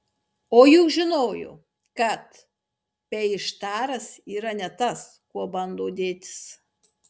o juk žinojo kad peištaras yra ne tas kuo bando dėtis